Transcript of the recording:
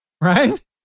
right